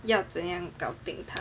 要怎样搞定它